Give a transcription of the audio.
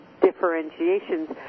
differentiations